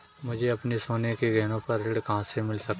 मुझे अपने सोने के गहनों पर ऋण कहाँ से मिल सकता है?